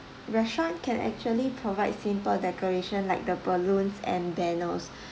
restaurant can actually provide simple decoration like the balloons and banners